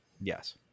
Yes